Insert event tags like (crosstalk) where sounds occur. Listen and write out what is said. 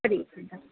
(unintelligible)